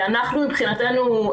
אנחנו מבחינתנו,